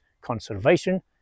conservation